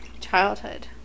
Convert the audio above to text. childhood